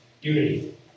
Unity